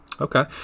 Okay